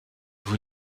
vous